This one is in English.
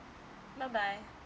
bye bye